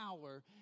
power